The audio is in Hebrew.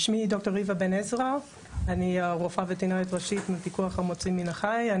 אני רופאה וטרינרית ראשית מהפיקוח על מוצרים מן החי.